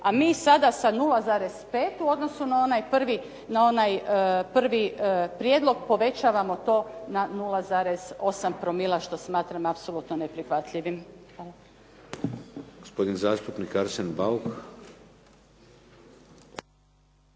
a mi sada sa 0,5 u odnosu na onaj prvi prijedlog povećavamo to na 0,8 promila što smatram apsolutno neprihvatljivim.